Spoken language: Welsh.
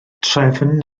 trefn